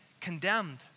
condemned